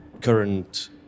current